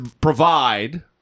provide